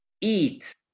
eat